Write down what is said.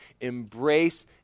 embrace